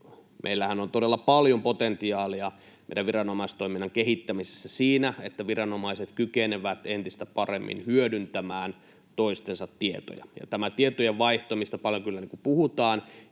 meillähän on todella paljon potentiaalia meidän viranomaistoimintan kehittämisessä siinä, että viranomaiset kykenevät entistä paremmin hyödyntämään toistensa tietoja. Tästä tietojenvaihtamisesta paljon kyllä puhutaan,